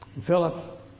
Philip